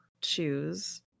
choose